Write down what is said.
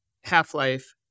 half-life